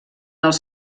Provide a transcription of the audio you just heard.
els